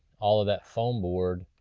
all of that foam board.